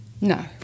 No